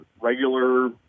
regular